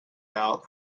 out